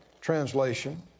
translation